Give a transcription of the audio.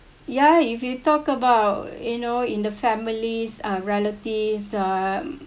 ya if you talk about you know in the families are relatives are